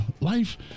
Life